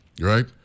right